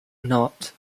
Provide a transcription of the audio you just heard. knot